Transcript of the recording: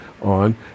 on